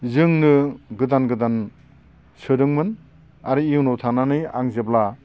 जोंनो गोदान गोदान सोंदोंमोन आरो इयुनाव थानानै आं जेब्ला